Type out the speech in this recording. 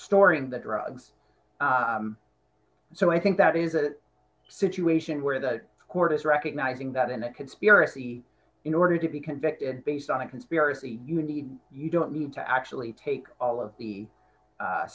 storing the drugs so i think that is a situation where the court is recognizing that in a conspiracy in order to be convicted based on a conspiracy you need you don't need to actually take all of the